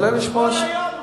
שוחר שלום בכלל,